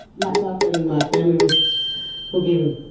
myself and my family we forgive him.